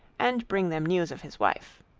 and bring them news of his wife.